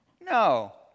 No